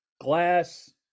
glass